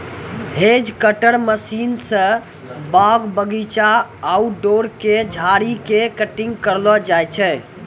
hedge cutter machine स बाग बगीचा, आउटडोर के झाड़ी के कटिंग करलो जाय छै